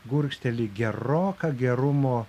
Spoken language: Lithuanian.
gurkšteli geroką gerumo